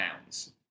pounds